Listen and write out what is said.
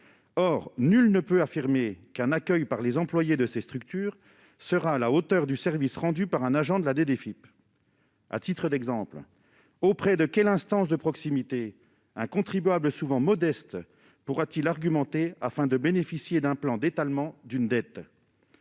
or nul ne peut affirmer qu'un accueil par les employées de ces structures sera à la hauteur du service rendu par un agent de la DDE, Philippe, à titre d'exemple auprès de quelle instance de proximité, un contribuable souvent modestes pour, a-t-il argumenté afin de bénéficier d'un plan d'étalement d'une dette.